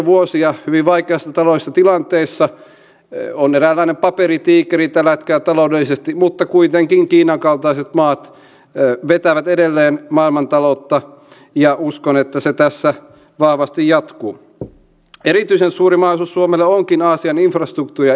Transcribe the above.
itse olisin hieman eri mieltä ja ihan monien esimerkkien nojalla ja itse olen nähnyt myös omien vanhempien kohdalla en ole aivan varma onko tämä tavoite että kaikkien pitäisi asua kotona mahdollisimman pitkään viimeisen päälle ajateltu